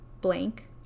blank